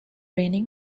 raining